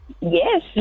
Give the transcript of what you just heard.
yes